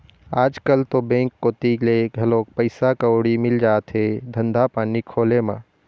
आजकल तो बेंक कोती ले घलोक पइसा कउड़ी मिल जाथे धंधा पानी खोले म